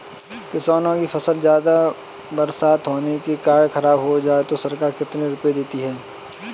किसानों की फसल ज्यादा बरसात होने के कारण खराब हो जाए तो सरकार कितने रुपये देती है?